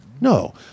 no